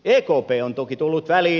ekp on toki tullut väliin